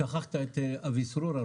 שכחת את אביסרור.